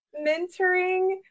mentoring